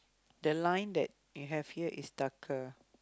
the line that you have here is darker